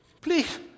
Please